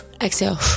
Exhale